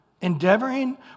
endeavoring